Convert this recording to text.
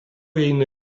eina